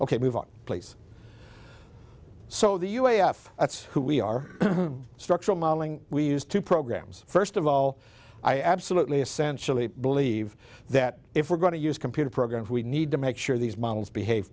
on please so the u a s that's who we are structural modeling we use two programs first of all i absolutely essentially believe that if we're going to use computer programs we need to make sure these models behave